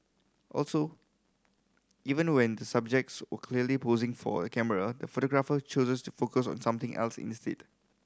also even when the subjects were clearly posing for a camera the photographer choses to focus on something else instead